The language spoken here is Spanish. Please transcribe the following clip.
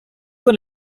con